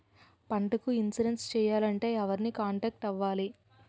పంటకు ఇన్సురెన్స్ చేయాలంటే ఎవరిని కాంటాక్ట్ అవ్వాలి?